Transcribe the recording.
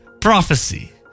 prophecy